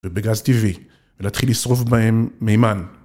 ובגז טבעי, ולהתחיל לשרוף בהם מימן.